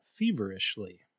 feverishly